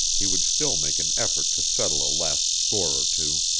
he would still make an effort to settle a last score or two.